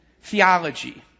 theology